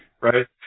Right